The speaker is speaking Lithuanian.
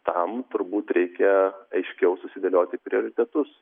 tam turbūt reikia aiškiau susidėlioti prioritetus